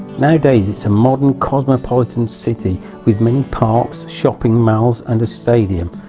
nowadays it's a modern cosmopolitan city with many parks, shopping malls, and a stadium.